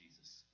Jesus